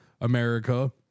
America